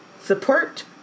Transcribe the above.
support